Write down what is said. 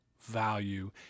value